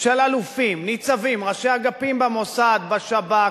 של אלופים, ניצבים, ראשי אגפים במוסד, בשב"כ,